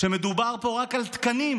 שמדובר פה רק על תקנים.